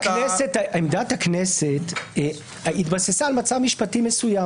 עמדת הכנסת התבססה על מצב משפטי מסוים.